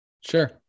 Sure